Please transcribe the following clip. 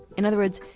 in other words,